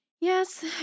Yes